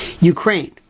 Ukraine